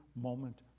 moment